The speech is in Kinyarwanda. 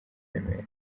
remera